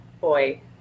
boy